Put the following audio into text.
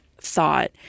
thought